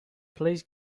please